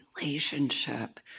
relationship